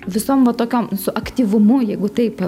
visom va tokiom su aktyvumu jeigu taip